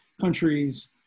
countries